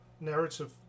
narrative